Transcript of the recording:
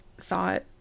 thought